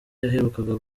yaherukaga